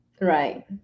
Right